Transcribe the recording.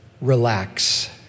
relax